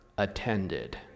Attended